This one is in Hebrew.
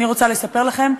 אני רוצה לספר לכם,